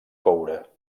coure